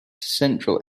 central